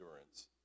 endurance